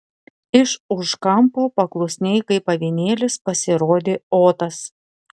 iš už kampo paklusniai kaip avinėlis pasirodė otas